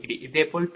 இதேபோல் PL3jQL30